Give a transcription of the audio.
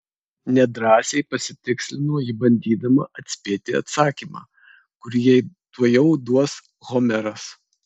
nedrąsiai pasitikslino ji bandydama atspėti atsakymą kurį jai tuojau duos homeras